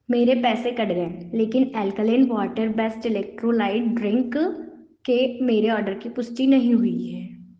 मेरे पैसे कट गए लेकिन एलकलेन वाटर बेस्ड इलेक्ट्रोलाइट ड्के मेरे ऑर्डर की पुष्टि नहीं हुई है